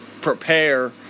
prepare